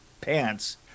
pants